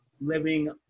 living